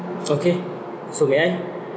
okay so may I